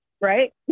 right